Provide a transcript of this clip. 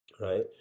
Right